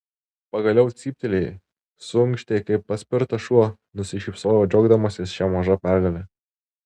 pagaliau cyptelėjai suunkštei kaip paspirtas šuo nusišypsojau džiaugdamasis šia maža pergale